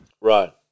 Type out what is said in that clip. Right